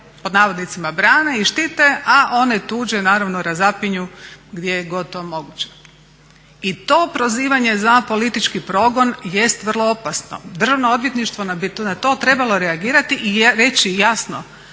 pod navodnicima brane i štite a one tuđe naravno razapinju gdje god je to moguće. I to prozivanje za politički progon jest vrlo opasno. Državno odvjetništvo bi na to trebalo reagirati i reći jasno